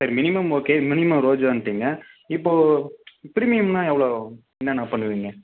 sir minimum okay minimum ரோஜான்னுட்டீங்க இப்போது பிரீமியம்னால் எவ்வளோ ஆகும் என்னென்னா பண்ணுவீங்க